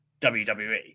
WWE